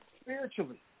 spiritually